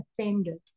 offended